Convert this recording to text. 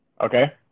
Okay